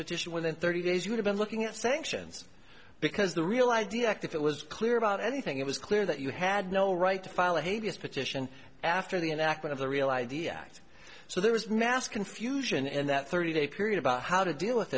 petition within thirty days you would have been looking at sanctions because the real i d act if it was clear about anything it was clear that you had no right to file a disposition after the enactment of the real idea so there was mass confusion in that thirty day period about how to deal with